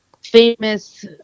famous